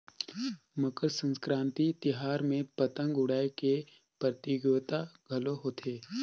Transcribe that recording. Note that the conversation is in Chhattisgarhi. मकर संकरांति तिहार में पतंग उड़ाए के परतियोगिता घलो होथे